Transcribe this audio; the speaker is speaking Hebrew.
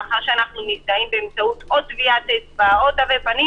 מאחר שאנחנו מזדהים באמצעות או טביעת אצבע או תווי פנים